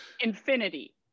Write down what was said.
infinity